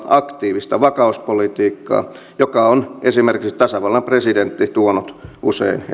aktiivista vakauspolitiikkaa jota on esimerkiksi tasavallan presidentti tuonut usein